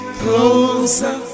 closer